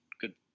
good